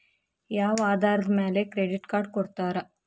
ಯಾವ ಆಧಾರದ ಮ್ಯಾಲೆ ಕ್ರೆಡಿಟ್ ಕಾರ್ಡ್ ಕೊಡ್ತಾರ?